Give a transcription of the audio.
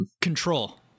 control